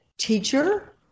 teacher